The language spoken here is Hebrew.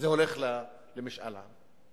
זה הולך למשאל עם.